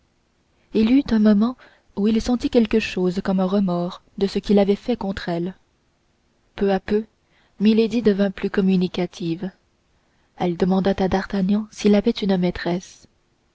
il y eut un moment où il sentit quelque chose comme un remords de ce qu'il avait fait contre elle peu à peu milady devint plus communicative elle demanda à d'artagnan s'il avait une maîtresse